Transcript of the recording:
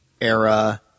era